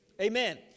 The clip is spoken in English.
Amen